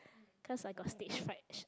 cause I got stage fright